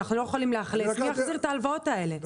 אם אנחנו לא יכולים לאכלס מי יחזיר את ההלוואות האלה?